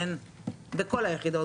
כך זה בכל היחידות,